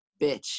bitch